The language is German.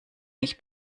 mich